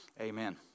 Amen